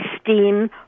steam